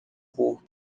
corpo